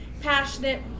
passionate